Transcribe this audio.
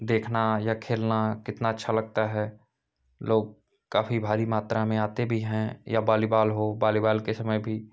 देखना या खेलना कितना अच्छा लगता है लोग काफ़ी भारी मात्रा में आते भी हैं या वॉलीबॉल हो वॉलीबॉल के समय भी